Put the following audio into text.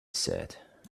said